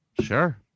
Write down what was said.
Sure